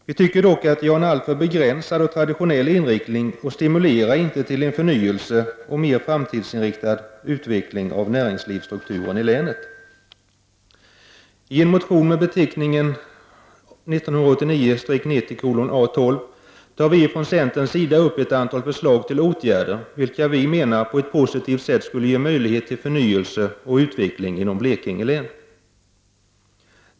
Vi tycker dock att de har en alltför begränsad och traditionell inriktning och inte stimulerar till en förnyelse och en mer framtidsinriktad utveckling av näringslivsstrukturen i länet. I motion 1989/90:A12 tar vi från centerns sida upp ett antal förslag till åtgärder, vilka vi menar på ett positivt sätt skulle ge möjlighet till förnyelse och utveckling inom Blekinge län.